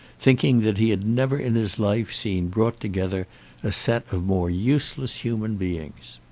thinking that he had never in his life seen brought together a set of more useless human beings.